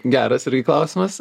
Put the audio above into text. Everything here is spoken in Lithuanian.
geras irgi klausimas